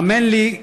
האמן לי,